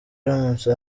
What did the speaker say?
aramutse